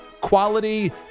quality